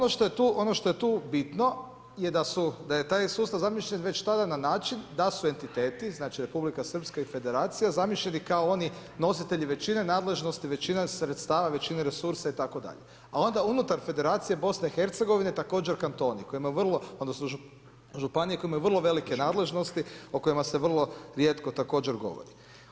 Ono što ej tu bitno je da je taj sustav zamišljen već tada na način da su entiteti, znači Republika Srpska i Federacija zamišljeni kao oni nositelji većine nadležnosti, većine sredstava, većine resursa itd. a onda unutar Federacije BiH također kantoni, odnosno županije koje imaju vrlo velike nadležnosti o kojima se vrlo rijetko također govori.